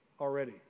already